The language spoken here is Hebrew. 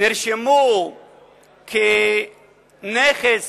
נרשמו כנכס